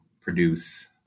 produce